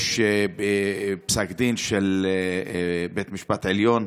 יש פסק דין של בית המשפט העליון,